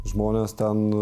žmonės ten